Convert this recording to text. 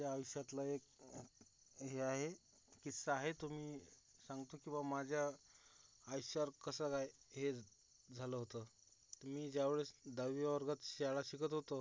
माझ्या आयुष्यातला एक हे आहे किस्सा आहे तो मी सांगतो की बा माझ्या आयुष्यावर कसं राय हे झालं होतं मी ज्यावेळेस दहावी वर्गात शाळा शिकत होतो